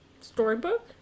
Storybook